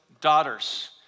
daughters